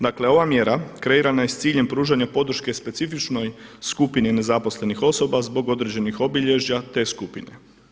Dakle, ova mjera kreirana je s ciljem pružanja podrške specifičnoj skupini nezaposlenih osoba zbog određenih obilježja te skupine.